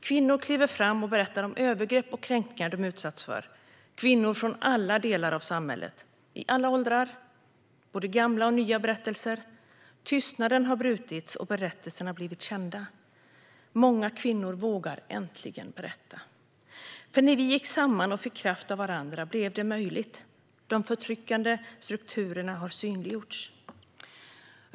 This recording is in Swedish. Kvinnor kliver fram och berättar om övergrepp och kränkningar som de har utsatts för, kvinnor från alla delar av samhället. Det är kvinnor i alla åldrar och berättelserna är både gamla och nya. Tystnaden har brutits och berättelserna har blivit kända. Många kvinnor vågar äntligen berätta. När vi gick samman och fick kraft av varandra blev det möjligt. De förtryckande strukturerna har synliggjorts.